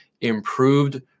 improved